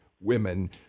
women